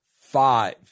five